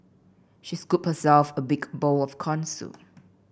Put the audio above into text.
she scooped herself a big bowl of corn soup